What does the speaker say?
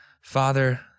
Father